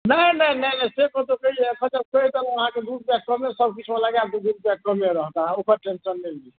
नइ नइ नइ नइ से कहु ककरो कहियै एखन तऽ कहि देलहुँ अहाँके दू रुपैआ कमे सभकिछुमे लगायब दू दू रुपैआ कमे रहत अहाँके ओकर टेंसन नहि ली